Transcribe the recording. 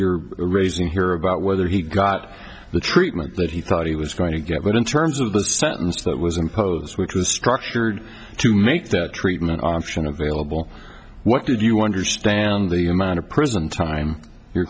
you're raising here about whether he got the treatment that he thought he was going to get but in terms of the sentence that was imposed which was structured to make that treatment option available what did you understand the amount of prison time your